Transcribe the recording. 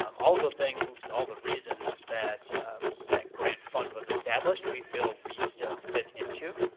um all the things, all the reasons that that grant fund was established, we feel we still fit into.